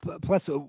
Plus